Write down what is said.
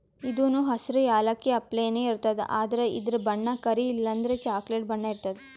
ಇದೂನು ಹಸ್ರ್ ಯಾಲಕ್ಕಿ ಅಪ್ಲೆನೇ ಇರ್ತದ್ ಆದ್ರ ಇದ್ರ್ ಬಣ್ಣ ಕರಿ ಇಲ್ಲಂದ್ರ ಚಾಕ್ಲೆಟ್ ಬಣ್ಣ ಇರ್ತದ್